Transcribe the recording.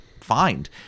find